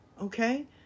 Okay